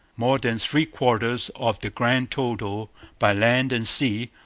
more than three-quarters of the grand total by land and sea,